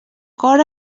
cor